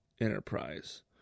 Enterprise